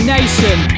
nation